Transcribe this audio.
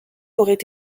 auraient